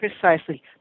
Precisely